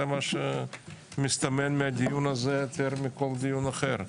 מה שמסתמך מהדיון הזה יותר מכל דיון אחר.